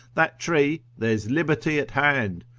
that tree, there's liberty at hand,